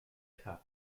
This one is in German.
cup